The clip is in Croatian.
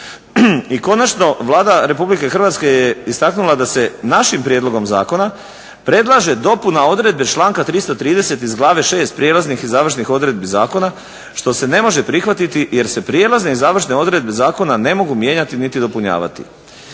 I konačno, Vlada Republike Hrvatske je istaknula da se našim prijedlogom zakona predlaže dopuna odredbe članka 330. iz glave 6 Prijelaznih i završnih odredbi zakona što se ne može prihvatiti jer se Prijelazne i završne odredbe zakona ne mogu mijenjati niti dopunjavati.